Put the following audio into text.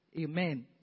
Amen